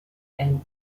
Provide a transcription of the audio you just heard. and